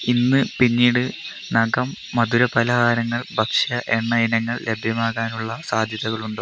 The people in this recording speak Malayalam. ഇന്ന് പിന്നീട് നകം മധുരപലഹാരങ്ങൾ ഭക്ഷ്യ എണ്ണ ഇനങ്ങൾ ലഭ്യമാകാനുള്ള സാധ്യതകളുണ്ടോ